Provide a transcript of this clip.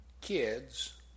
kids